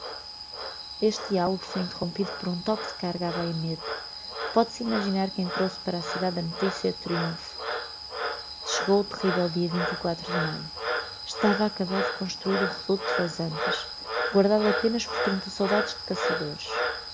este dialogo foi interrompido por um toque de carga á baioneta pode-se imaginar quem trouxe para a cidade a noticia do triumpho sogro por fidalguia inte e quatro de maio estava acabado de construir o reducto das antas guardado apenas por trinta soldados de caçadores